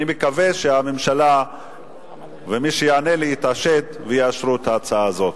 אני מקווה שהממשלה ומי שיענה לי יתעשתו ויאשרו את ההצעה הזאת.